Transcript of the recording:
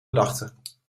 dachten